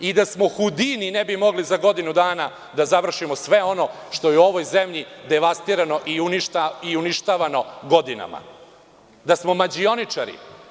I da smo Hudini ne bi mogli za godinu dana da završimo sve ovoj zemlji devastirano i uništavano godinama, da smo mađioničari.